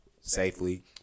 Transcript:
safely